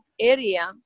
area